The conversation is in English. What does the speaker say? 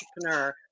entrepreneur